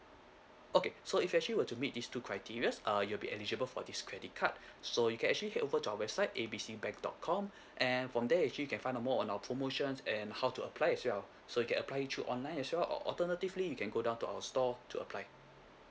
okay so if you're actually were to meet these two criterias uh you'll be eligible for this credit card so you can actually get over to our website A B C bank dot com and from there you actually can find out more on our promotions and how to apply as well so you can apply it through online as well or alternatively you can go down to our store to apply